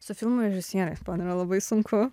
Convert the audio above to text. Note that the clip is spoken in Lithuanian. su filmo režisieriais man yra labai sunku